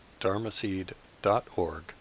dharmaseed.org